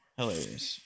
Hilarious